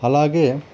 అలాగే